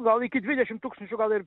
gal iki dvidešimt tūkstančių gal ir